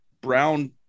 brown